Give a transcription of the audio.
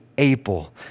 April